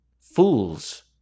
Fools